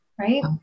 Right